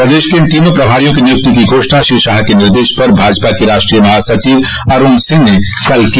प्रदेश के इन तीनों प्रभारियों की नियुक्ति की घोषणा श्री शाह के निर्देश पर भाजपा के राष्ट्रीय महासचिव अरूण सिंह ने कल की